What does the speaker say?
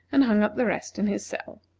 and hung up the rest in his cell.